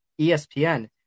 ESPN